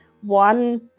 one